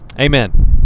Amen